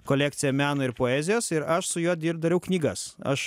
kolekciją meno ir poezijos ir aš su juo dirb dariau knygas aš